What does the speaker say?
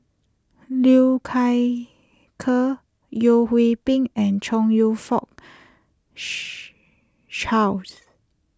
Liu Kai Ker Yeo Hwee Bin and Chong You Fook Charles